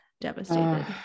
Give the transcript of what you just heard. devastated